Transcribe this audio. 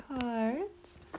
cards